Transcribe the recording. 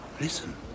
Listen